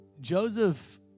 Joseph